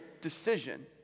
decision